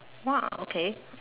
!wah! okay